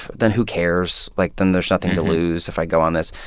then, who cares? like, then there's nothing to lose if i go on this.